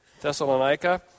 Thessalonica